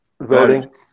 voting